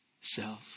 self